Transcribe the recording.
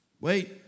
Wait